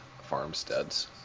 farmsteads